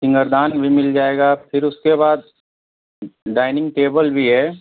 सिंगारदान भी मिल जाएगा फिर उसके बाद डाइनिंग टेबल भी है